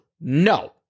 No